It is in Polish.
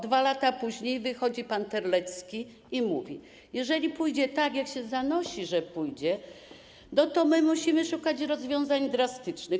2 lata później wychodzi pan Terlecki i mówi: „Jeżeli pójdzie tak, jak się zanosi, że pójdzie, to musimy szukać rozwiązań drastycznych.